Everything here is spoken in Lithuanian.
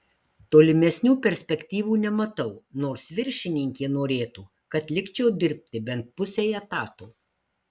tolimesnių perspektyvų nematau nors viršininkė norėtų kad likčiau dirbti bent pusei etato